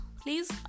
Please